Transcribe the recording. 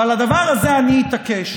ועל הדבר הזה אני אתעקש: